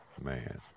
Man